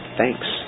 thanks